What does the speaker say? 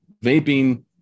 vaping